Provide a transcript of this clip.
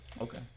Okay